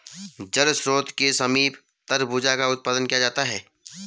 जल स्रोत के समीप तरबूजा का उत्पादन किया जाता है